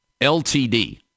LTD